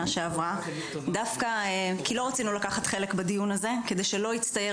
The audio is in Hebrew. שעברה כי לא רצינו לקחת חלק בדיון הזה כדי שלא יצטייר